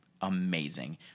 amazing